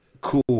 cool